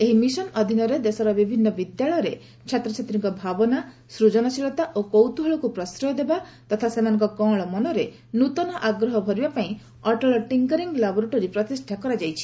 ଏହି ମିଶନ ଅଧୀନରେ ଦେଶର ବିଭିନ୍ନ ବିଦ୍ୟାଳୟରେ ଛାତ୍ରଛାତ୍ରୀଙ୍କ ଭାବନା ସୃଜନଶୀଳତା ଓ କୌତୁହଳକୁ ପ୍ରଶ୍ରୟ ଦେବା ତଥା ସେମାନଙ୍କ କଅଁଳ ମନରେ ନୃତନ ଆଗ୍ରହ ଭରିବା ପାଇଁ ଅଟଳ ଟିଙ୍କରିଙ୍ଗ ଲାବୋରେଟୋରୀ ପ୍ରତିଷ୍ଠା କରାଯାଇଛି